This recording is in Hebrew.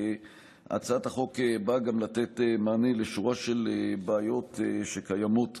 שהצעת החוק באה גם לתת מענה לשורה של בעיות שקיימות כרגע,